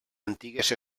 antigues